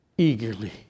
eagerly